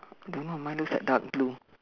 don't know mine looks like dark blue